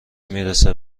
میرسه